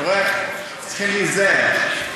אתה רואה, צריכים להיזהר.